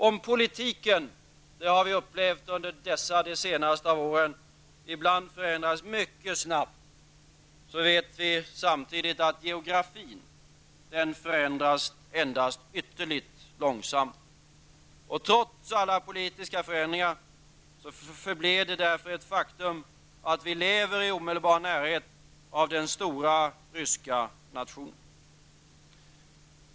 Om politiken ibland förändras mycket snabbt, och det har vi upplevt under de senaste åren, så vet vi samtidigt att geografin förändras endast ytterligt långsamt. Och trots alla politiska förändringar förblir det därför ett faktum att vi lever i omedelbar närhet av den stora ryska nationen.